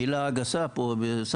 המילה הגסה פה.